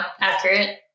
accurate